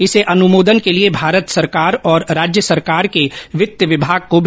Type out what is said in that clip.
इसे अनुमोदन के लिए भारत सरकार और राज्य सरकार के वित्त विभाग को भेजा गया है